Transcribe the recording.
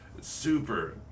super